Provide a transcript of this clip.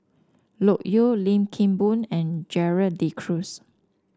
Loke Yew Lim Kim Boon and Gerald De Cruz